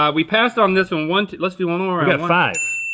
ah we passed on this one one, two, let's do one more. we got five.